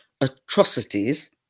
atrocities